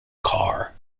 car